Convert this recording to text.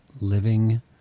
living